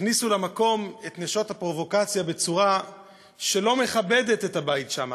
הכניסו למקום את נשות הפרובוקציה בצורה שלא מכבדת את הבית שם,